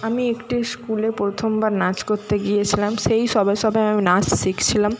আমি একটি স্কুলে প্রথমবার নাচ করতে গিয়েছিলাম সেই সবে সবে আমি নাচ শিখছিলাম